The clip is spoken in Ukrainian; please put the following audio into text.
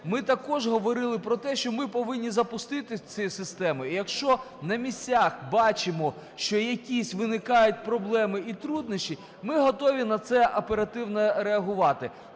ми також говорили про те, що ми повинні запустити ці системи і якщо на місцях бачимо, що якісь виникають проблеми і труднощі, ми готові на це оперативно реагувати.